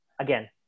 again